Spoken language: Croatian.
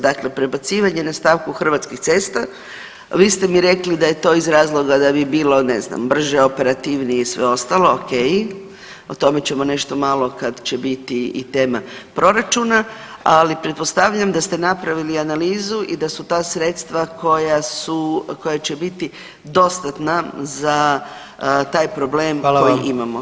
Dakle, prebacivanje na stavku Hrvatskih cesta vi ste mi rekli da je to iz razloga da bi bilo ne znam brže, operativnije i sve ostalo, ok, o tome ćemo nešto malo kad će biti i tema proračuna, ali pretpostavljam da ste napravili analizu i da su ta sredstva koja su, koja će biti dostatna za taj problem koji imamo.